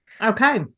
Okay